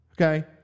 Okay